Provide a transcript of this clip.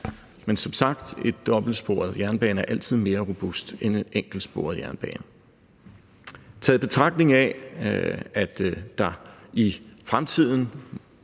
Men som sagt er en dobbeltsporet jernbane altid mere robust end en enkeltsporet jernbane. Tager vi i betragtning, at der i fremtiden